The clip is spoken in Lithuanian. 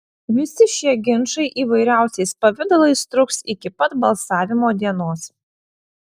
visi šie ginčai įvairiausiais pavidalais truks iki pat balsavimo dienos